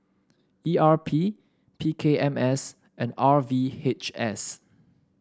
E R P P K M S and R V H S